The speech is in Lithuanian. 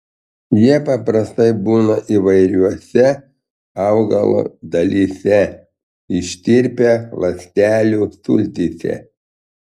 jie paprastai būna įvairiose augalo dalyse ištirpę ląstelių sultyse